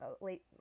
late